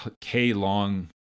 K-long